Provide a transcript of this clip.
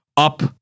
Up